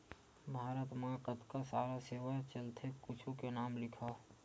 भारत मा कतका सारा सेवाएं चलथे कुछु के नाम लिखव?